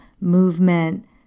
movement